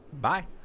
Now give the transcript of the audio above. bye